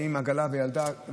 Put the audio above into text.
באים עם עגלה ועם ילדה,